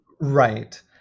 Right